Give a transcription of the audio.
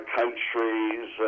countries